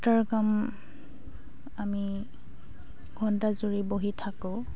কাম আমি ঘণ্টা জুৰি বহি থাকোঁ